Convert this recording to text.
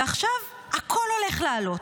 ועכשיו הכול הולך לעלות: